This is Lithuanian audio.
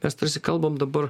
nes tarsi kalbam dabar